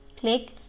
click